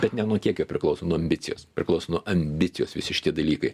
bet ne nuo kiekio priklauso nuo ambicijos priklauso nuo ambicijos visi šitie dalykai